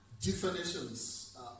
definitions